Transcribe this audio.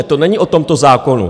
To není o tomto zákonu.